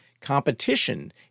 Competition